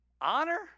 Honor